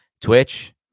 twitch